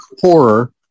horror